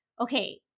okay